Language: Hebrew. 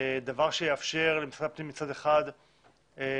דבר שיאפשר למשרד הפנים מצד אחד לבזר